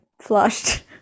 flushed